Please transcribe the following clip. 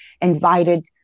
invited